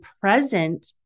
present